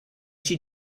she